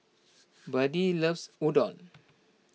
Buddie loves Udon